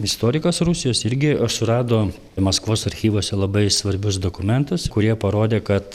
istorikas rusijos irgi surado maskvos archyvuose labai svarbius dokumentus kurie parodė kad